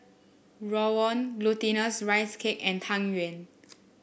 Rawon Glutinous Rice Cake and Tang Yuen